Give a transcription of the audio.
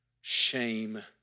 shame